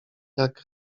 jak